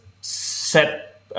set